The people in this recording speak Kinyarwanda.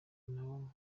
nabo